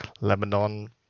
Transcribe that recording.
Lebanon